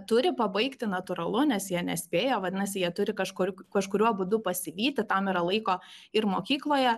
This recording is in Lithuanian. turi pabaigti natūralu nes jie nespėja vadinasi jie turi kažkur kažkuriuo būdu pasivyti tam yra laiko ir mokykloje